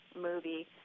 movie